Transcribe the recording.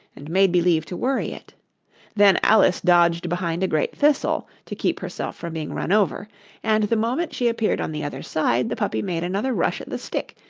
and made believe to worry it then alice dodged behind a great thistle, to keep herself from being run over and the moment she appeared on the other side, the puppy made another rush at the stick,